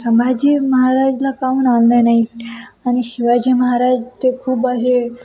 संभाजी महाराजला काहून आणलं नाही आणि शिवाजी महाराजचे खूप असे